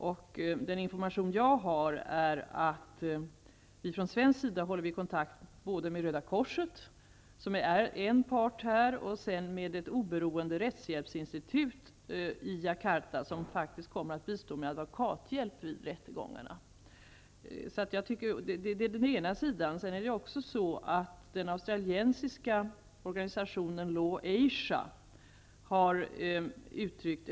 Enligt den information som jag fått, har vi från svensk sida kontakt både med Röda korset, som är en part, och med ett oberoende rättshjälpsinstitut i Jakarta som faktiskt kommer att bistå med advokathjälp under rättegångarna. Detta är den ena sidan av saken.